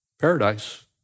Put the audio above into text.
paradise